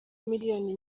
miliyoni